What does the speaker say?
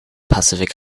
pacific